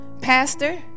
Pastor